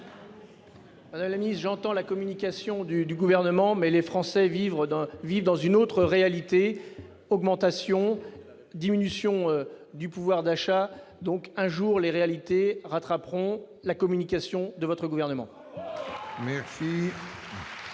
Madame la secrétaire d'État, j'entends la communication du Gouvernement, mais les Français vivent dans une autre réalité : augmentations ; diminution du pouvoir d'achat. Un jour, les réalités rattraperont la communication de votre gouvernement.